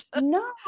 no